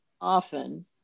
often